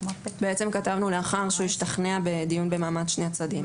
כתבנו לאחר שהוא השתכנע בדיון במעמד שני הצדדים.